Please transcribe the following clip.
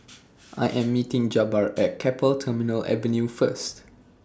I Am meeting Jabbar At Keppel Terminal Avenue First